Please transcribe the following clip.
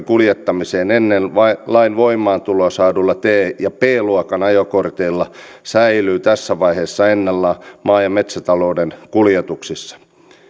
kuljettamiseen ennen lain voimaantuloa saadulla t ja b luokan ajokorteilla säilyy tässä vaiheessa ennallaan maa ja metsätalouden kuljetuksissa